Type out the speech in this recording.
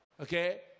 Okay